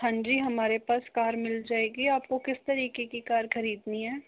हाँ जी हमारे पास कार मिल जाएगी आपको किस तरीके की कार खरीदनी है